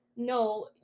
no